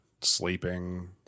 sleeping